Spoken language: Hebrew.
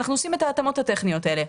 אנחנו עושים את ההתאמות הטכניות האלה.